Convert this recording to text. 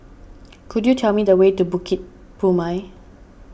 could you tell me the way to Bukit Purmei